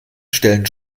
stellen